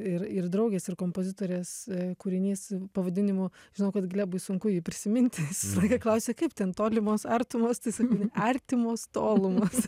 ir ir draugės ir kompozitorės kūrinys pavadinimu žinau kad glebui sunku jį prisimint sakė klausė kaip ten tolimos artimos tai sakau artimos tolumos